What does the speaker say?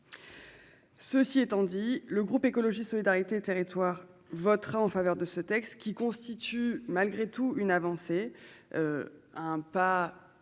Cela dit, le groupe Écologiste - Solidarité et Territoires votera en faveur de ce texte, qui constitue malgré tout une avancée, un petit